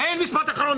אין משפט אחרון.